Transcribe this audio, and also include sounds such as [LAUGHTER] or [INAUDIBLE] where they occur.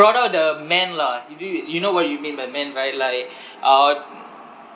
brought out the man lah you do it you know what you mean by man right like uh [NOISE]